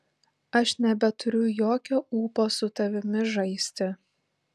aš nebeturiu jokio ūpo su tavimi žaisti